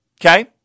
Okay